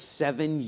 seven